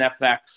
FX